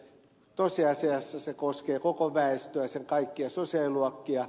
tosiasiassa se koskee koko väestöä sen kaikkia sosiaaliluokkia